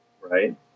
Right